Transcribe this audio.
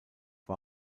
war